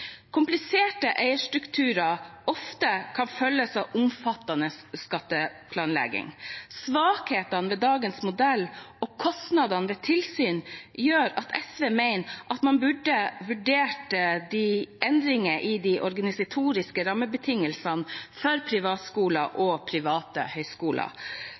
Kompliserte eierstrukturer kan ofte følges av omfattende skatteplanlegging. Svakhetene ved dagens modell og kostnadene ved tilsyn gjør at SV mener at man bør vurdere endringer i de organisatoriske rammebetingelsene for privatskoler og private høyskoler.